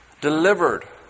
Delivered